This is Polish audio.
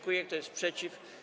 Kto jest przeciw?